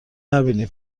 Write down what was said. نبینی